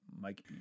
Mike